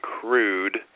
crude